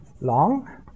long